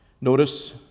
notice